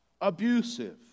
Abusive